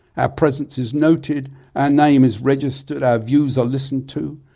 our presence is noted, our name is registered, our views are listened to,